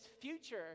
future